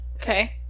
Okay